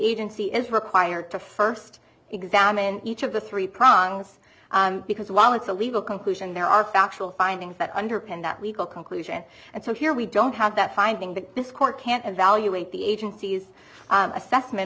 agency is required to first examine each of the three prongs because while it's a legal conclusion there are factual findings that underpin that legal conclusion and so here we don't have that finding that this court can't evaluate the agency's assessment